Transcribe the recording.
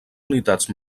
unitats